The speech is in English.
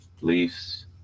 leaves